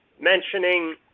mentioning